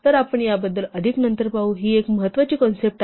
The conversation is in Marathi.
तर आपण याबद्दल अधिक नंतर पाहू ही एक महत्वाची कॉन्सेप्ट आहे